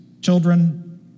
children